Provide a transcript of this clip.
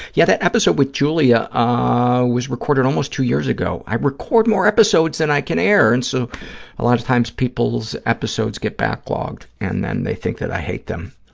yeah, that episode with giulia ah was recorded almost two years ago. i record more episodes than i can air, and so a lot of times people's episodes get backlogged and then they think that i hate them,